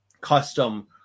custom